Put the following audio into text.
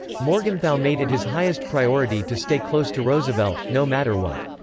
morgenthau made it his highest priority to stay close to roosevelt, no matter what.